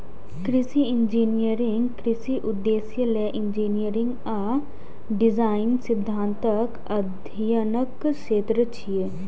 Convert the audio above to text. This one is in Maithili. कृषि इंजीनियरिंग कृषि उद्देश्य लेल इंजीनियरिंग आ डिजाइन सिद्धांतक अध्ययनक क्षेत्र छियै